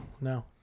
no